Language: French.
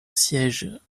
sièges